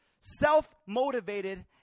self-motivated